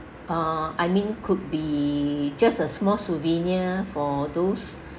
uh I mean could be just a small souvenir for those